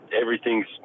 everything's